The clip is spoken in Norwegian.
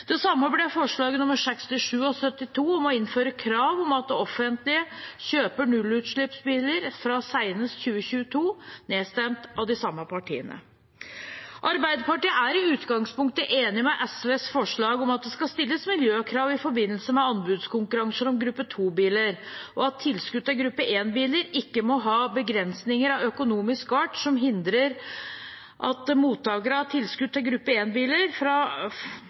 Det samme ble forslagene nr. 67 og 72, om å innføre krav om at det offentlige kjøper nullutslippsbiler fra senest 2022. De ble nedstemt av de samme partiene. Arbeiderpartiet er i utgangspunktet enig i SVs forslag om at det skal stilles miljøkrav i forbindelse med anbudskonkurranser om gruppe 2-biler, og at tilskudd til gruppe 1-biler ikke må ha begrensninger av økonomisk art som hindrer mottakere av tilskudd til gruppe